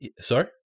Sorry